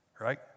right